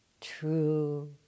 true